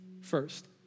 first